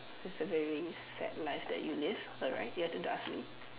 it's a very sad life that you live alright your turn to ask me